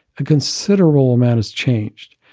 a considerable amount has changed.